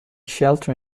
shelter